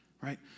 Right